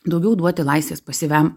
daugiau duoti laisvės pasyviam